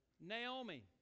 Naomi